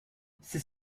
c’est